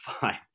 fine